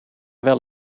wel